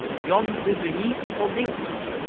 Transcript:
yon's the muneecipal linx,